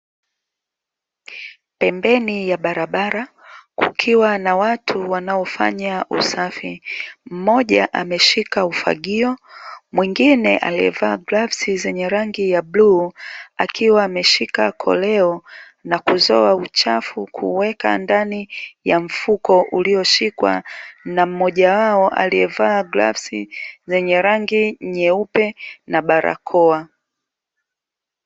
Pembeni ya barabara, kukiwa na watu wanaofanya usafi, mmoja ameshika ufagio; mwingine aliyevaa glavu zenye rangi ya bluu, akiwa ameshika koleo na kuzoa uchafu kuuweka ndani ya mfuko ulioshikwa na mmoja wao aliyevaa glavu zenye rangi nyeupe na barakoa.